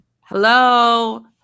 hello